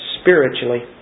spiritually